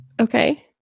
Okay